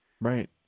Right